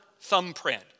thumbprint